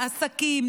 עסקים,